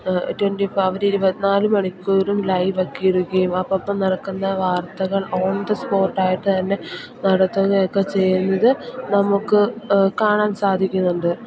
twenty four അവർ ഇരുപത്തിനാലു മണിക്കൂറും ലൈവൊക്കെ ഇടുകയും അപ്പപ്പം നടക്കുന്ന വാർത്തകൾ ഓൺ ദ സ്പോട്ടായിട്ടു തന്നെ നടത്തുകയൊക്കെ ചെയ്യുന്നത് നമുക്ക് കാണാൻ സാധിക്കുന്നുണ്ട്